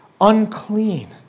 unclean